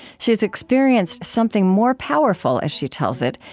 she's experienced something more powerful, as she tells it,